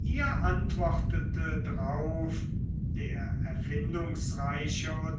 ihr antwortete drauf der erfindungsreiche